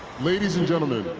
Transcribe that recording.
ladies and gentlemen,